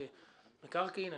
מכירת מקרקעין?